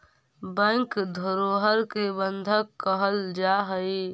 bank धरोहर के बंधक कहल जा हइ